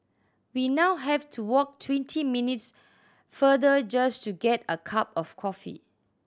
we now have to walk twenty minutes farther just to get a cup of coffee